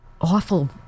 awful